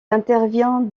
intervient